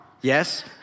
Yes